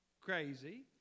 crazy